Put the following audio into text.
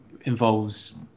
involves